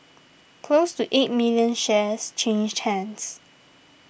close to eight million shares changed hands